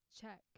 check